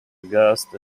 aghast